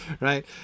right